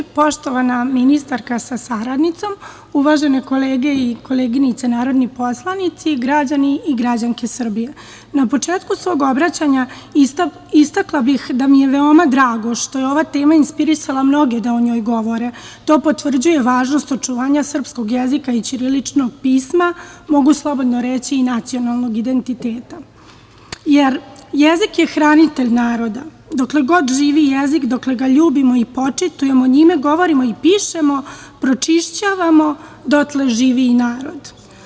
Poštovana ministarka sa saradnicom, uvažene kolege i koleginice narodni poslanici, građani i građanke Srbije, na početku svog obraćanja istakla bih da mi je veoma drago što je ova teme inspirisala mnoge da o njoj govore, to potvrđuje važnost očuvanja srpskog jezika i ćiriličnog pisma, mogu slobodno reći i nacionalnog identiteta, jer jezik je hranitelj naroda dokle god živi, dokle ga ljubimo i počitujemo, njime govorimo i pišemo, pročišćavamo, dotle živi i narod.